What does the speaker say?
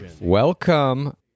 Welcome